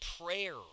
prayer